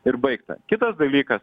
ir baigta kitas dalykas